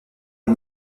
est